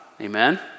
Amen